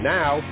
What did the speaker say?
now